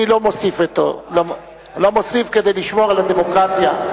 אני לא מוסיף אותו כדי לשמור על הדמוקרטיה.